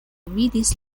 vidis